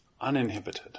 uninhibited